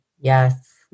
Yes